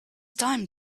time